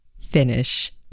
finish